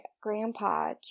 grandpa